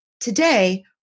Today